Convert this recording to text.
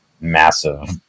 massive